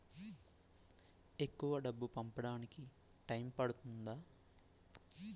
ఎక్కువ డబ్బు పంపడానికి టైం పడుతుందా?